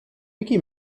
micky